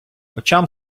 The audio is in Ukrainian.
очам